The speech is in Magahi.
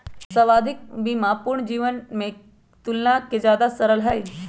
आवधिक बीमा पूर्ण जीवन के तुलना में ज्यादा सरल हई